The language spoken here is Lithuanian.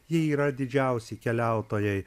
jie yra didžiausi keliautojai